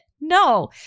No